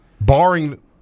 barring